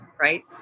right